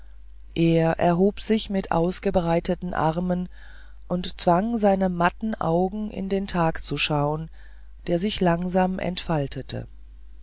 er erhob sich mit ausgebreiteten armen und zwang seine matten augen in den tag zu schauen der sich langsam entfaltete